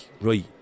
right